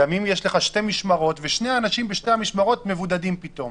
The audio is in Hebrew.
אם יש לך שתי משמרות ושני אנשים בשתי המשמרות מבודדים פתאום,